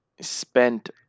spent